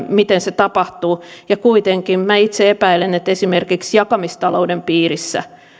miten se tapahtuu ja kuitenkin minä itse epäilen että esimerkiksi jakamistalouden piirissä